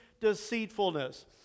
deceitfulness